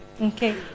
Okay